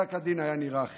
פסק הדין היה נראה אחרת.